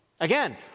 Again